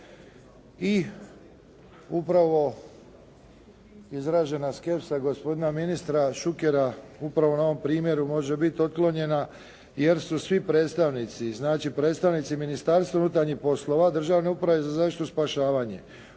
I upravo izražena skepsa gospodina ministra Šukera, upravo na ovom primjeru može biti otklonjena, jer su svi predstavnici, znači predstavnici Ministarstva unutarnjih poslova, Državne uprave za zaštitu i spašavanje,